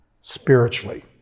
spiritually